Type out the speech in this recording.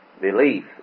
belief